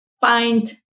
find